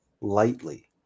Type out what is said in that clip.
lightly